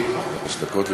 אדוני, חמש דקות לרשותך.